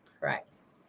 Price